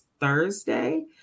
Thursday